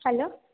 hello